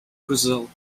brazil